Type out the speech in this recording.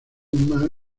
ema